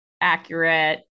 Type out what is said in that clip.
accurate